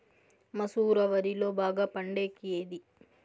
మసూర వరిలో బాగా పండేకి ఏది?